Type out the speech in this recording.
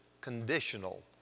conditional